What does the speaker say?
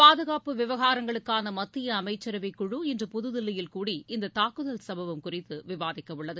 பாதுகாப்பு விவகாரங்களுக்கான மத்திய அமைச்சரவைக்குழு இன்று புதுதில்லியில் கூடி இந்த தாக்குதல் சம்பவம் குறித்து விவாதிக்க உள்ளது